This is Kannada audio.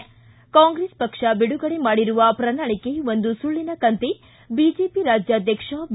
ಿ ಕಾಂಗ್ರೆಸ್ ಪಕ್ಷ ಬಿಡುಗಡೆ ಮಾಡಿರುವ ಪ್ರಣಾಳಿಕೆ ಒಂದು ಸುಳ್ಳನ ಕಂತೆ ಬಿಜೆಪಿ ರಾಜ್ಯಾಧ್ಯಕ್ಷ ಬಿ